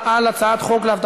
זה מה שאני רוצה שיהיה פה.